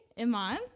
Iman